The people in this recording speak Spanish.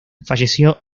falleció